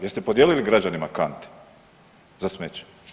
Jeste podijelili građanima kante za smeće?